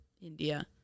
India